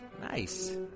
nice